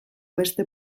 beste